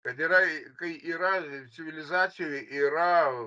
bet yrai kai yra civilizacijoj yra